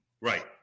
right